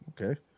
Okay